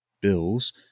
bills